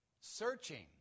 searching